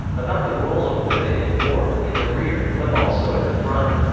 about the role of women in war, in the rear, but also at the front.